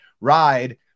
ride